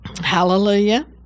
Hallelujah